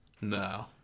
No